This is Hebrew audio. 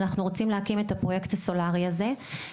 אנחנו רוצים להקים את הפרויקט הסולארי הזה.